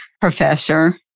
professor